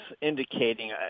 indicating